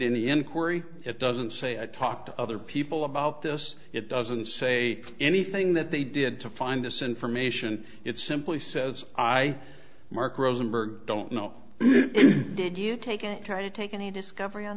inquiry it doesn't say i talked to other people about this it doesn't say anything that they did to find this information it simply says i mark rosenberg don't know did you take it try to take any discovery on